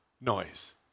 noise